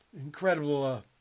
Incredible